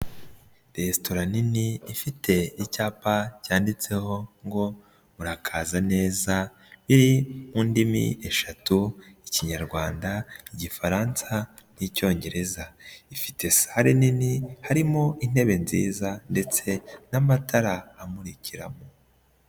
Resitora nini ifite icyapa cyanditseho ngo: "Murakaza neza" biri mu ndimi eshatu: Ikinyarwanda, Igifaransa n'Icyongereza, ifite sale nini, harimo intebe nziza ndetse n'amatara amurikiramo.